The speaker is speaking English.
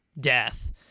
death